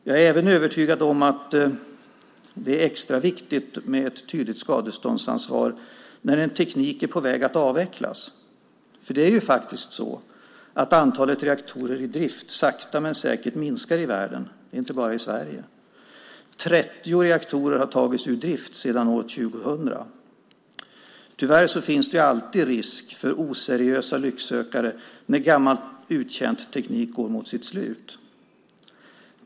Jag är även övertygad om att det är extra viktigt med ett tydligt skadeståndsansvar när en teknik är på väg att avvecklas. Det är faktiskt så att antalet reaktorer i drift sakta men säkert minskar i världen, inte bara i Sverige. 30 reaktorer har tagits ur drift sedan år 2000. Tyvärr finns det alltid risk för oseriösa lycksökare när gammal uttjänt teknik går mot sitt slut.